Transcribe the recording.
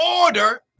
order